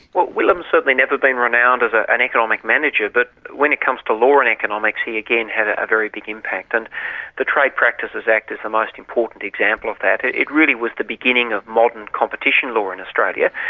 whitlam certainly has never been renowned as ah an economic manager, but when it comes to law and economics he, again, had a very big impact. and the trade practices act is the most important example of that, it it really was the beginning of modern competition law in australia.